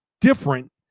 different